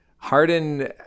Harden